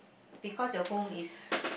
because your home is